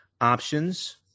options